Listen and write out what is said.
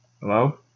Hello